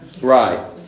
right